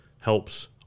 helps